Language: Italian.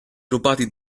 rubati